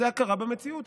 זה הכרה במציאות.